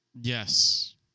yes